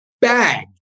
bag